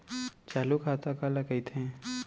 चालू खाता काला कहिथे?